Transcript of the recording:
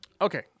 Okay